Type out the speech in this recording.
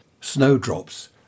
snowdrops